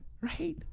right